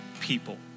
people